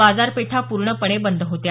बाजारपेठा पूर्णपणे बंद होत्या